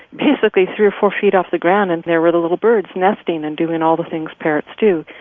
basically, three or four feet off the ground, and there were the little birds, nesting and doing all the things parrots do.